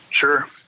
sure